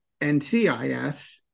NCIS